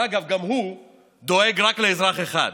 שאגב גם הוא דואג רק לאזרח אחד,